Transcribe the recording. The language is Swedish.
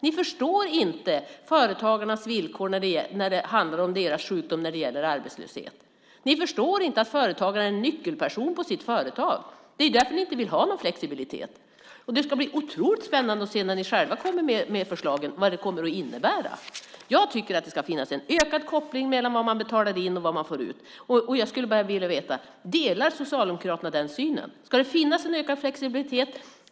Ni förstår inte företagarnas villkor när det handlar om deras sjukdom och när det gäller arbetslöshet. Ni förstår inte att företagaren är en nyckelperson på sitt företag. Det är därför som ni inte vill ha någon flexibilitet. Det ska bli otroligt spännande när ni själva kommer med förslag att se vad de kommer att innebära. Jag tycker att det ska finnas en ökad koppling mellan vad man betalar in och vad man får ut. Jag skulle bara vilja veta: Delar Socialdemokraterna den synen? Ska det finnas en ökad flexibilitet?